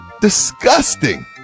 Disgusting